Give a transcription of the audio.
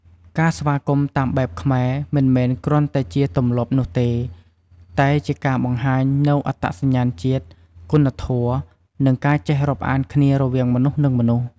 ការស្វាគមន៍តាមបែបខ្មែរ មិនមែនគ្រាន់តែជាទម្លាប់នោះទេ តែជាការបង្ហាញនូវអត្តសញ្ញាណជាតិ គុណធម៌ និងការចេះរាប់អានគ្នារវាងមនុស្ស នឹងមនុស្ស។